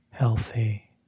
healthy